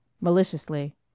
maliciously